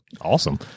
Awesome